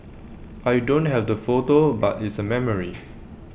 I don't have the photo but it's A memory